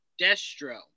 Destro